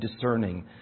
discerning